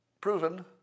proven